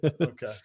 Okay